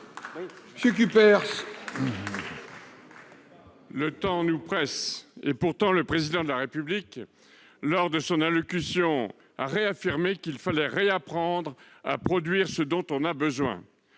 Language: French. Le temps nous presse, monsieur le ministre. Le Président de la République, lors de son allocution, a de nouveau affirmé qu'il fallait réapprendre à produire ce dont on a besoin.